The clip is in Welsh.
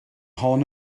hon